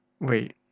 Wait